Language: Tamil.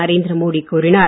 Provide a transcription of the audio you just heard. நரேந்திர மோடி கூறினார்